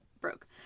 broke